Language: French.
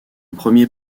premier